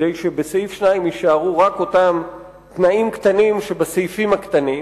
כדי שבסעיף 2 יישארו רק אותם תנאים קטנים שבפסקאות (1)